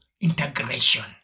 integration